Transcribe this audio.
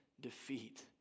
defeat